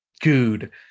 Dude